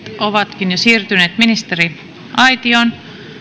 ovatkin jo siirtyneet ministeriaitioon